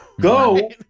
go